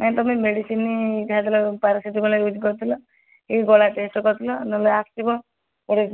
ନାଇଁ ତୁମେ ମେଡ଼ିସିନ୍ ଖାଇଥିଲ ପାରାସିଟାମଲ୍ ୟୁଜ୍ କରୁଥିଲ ଏଇ ଗଳା ଟେଷ୍ଟ୍ କରିଥିଲ ନହେଲେ ଆସିବ ପରେ